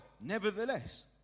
nevertheless